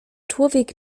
człowiek